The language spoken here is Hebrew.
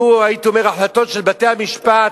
הבן-שיח שלנו,